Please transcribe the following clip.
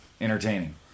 entertaining